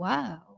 Wow